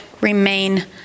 remain